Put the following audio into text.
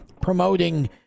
promoting